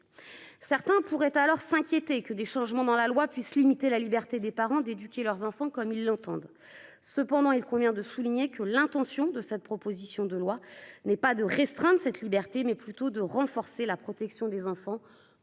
Certains pourraient s'inquiéter que des changements dans la loi puissent limiter la liberté des parents d'éduquer leurs enfants comme ils l'entendent. Cependant, il convient de rappeler que l'intention des auteurs de cette proposition de loi n'est pas de restreindre cette liberté, mais plutôt de renforcer la protection des mineurs